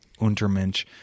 Untermensch